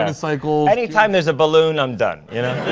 unicycles. any time there's a balloon, i'm done, you know?